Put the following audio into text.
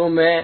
तो मैं